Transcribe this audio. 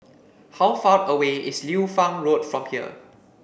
how far away is Liu Fang Road from here